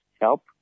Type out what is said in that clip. help